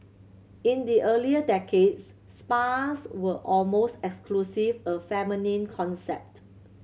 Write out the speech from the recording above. in the earlier decades spas were almost exclusive a feminine concept